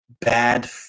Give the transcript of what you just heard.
bad